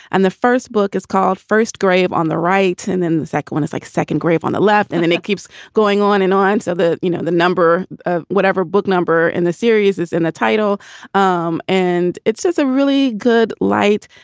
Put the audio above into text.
and the first book is called first grave on the right. and then the second one is like second grave on the left. and then it keeps going on and on. so the you know, the number of whatever book number in the series is in the title um and it says a really good light.